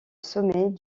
sommet